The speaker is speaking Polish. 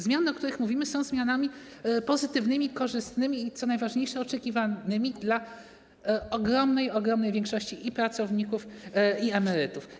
Zmiany, o których mówimy, są zmianami pozytywnymi, korzystnymi i - co najważniejsze - oczekiwanymi przez ogromną większość pracowników i emerytów.